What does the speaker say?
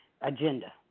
agenda